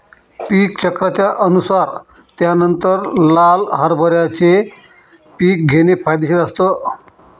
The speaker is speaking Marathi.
पीक चक्राच्या अनुसार त्यानंतर लाल हरभऱ्याचे पीक घेणे फायदेशीर असतं